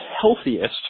healthiest